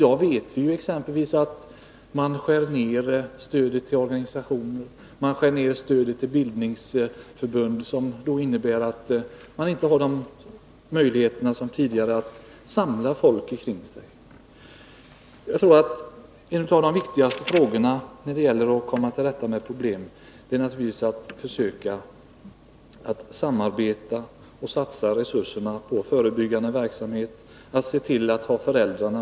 I dag vet vi att man skär ner på exempelvis stödet till organisationer och bildningsförbund, vilket medför att dessa inte har samma möjligheter som tidigare att samla folk omkring sig. Jag tror att bland det viktigaste när det gäller att komma till rätta med problemet är att man försöker samarbeta, att man satsar resurserna på förebyggande verksamhet och att man ser till att man har stöd av föräldrarna.